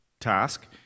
task